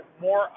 more